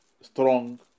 strong